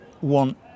want